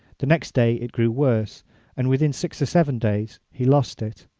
the next day it grew worse and within six or seven days he lost it.